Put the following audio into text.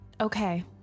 Okay